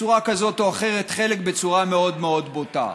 בצורה כזאת או אחרת, חלק בצורה מאוד מאוד בוטה,